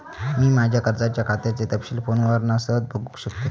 मी माज्या कर्जाच्या खात्याचे तपशील फोनवरना सहज बगुक शकतय